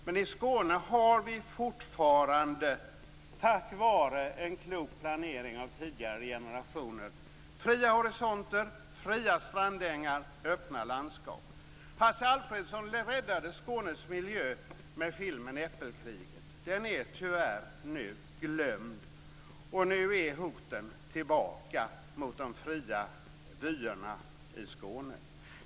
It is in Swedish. Men i Skåne har vi fortfarande, tack vare en klok planering av tidigare generationer, fria horisonter, fria strandängar och öppna landskap. Hans Alfredsson räddade Skånes miljö med filmen Äppelkriget, som nu, tyvärr, är glömd. Nu är hoten mot de fria vyerna i Skåne tillbaka.